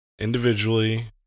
individually